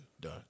done